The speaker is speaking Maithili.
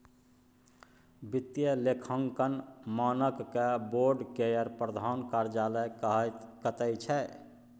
वित्तीय लेखांकन मानक बोर्ड केर प्रधान कार्यालय कतय छै